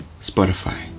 Spotify